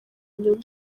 inyuma